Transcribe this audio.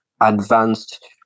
advanced